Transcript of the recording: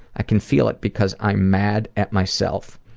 i can feel it because i'm mad at myself.